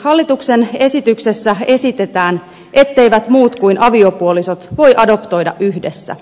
hallituksen esityksessä esitetään etteivät muut kuin aviopuolisot voi adoptoida yhdessä